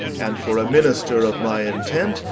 and for a minister of my intent,